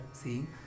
seeing